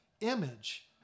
image